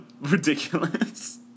ridiculous